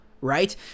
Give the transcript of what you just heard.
right